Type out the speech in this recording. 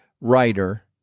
writer